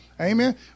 Amen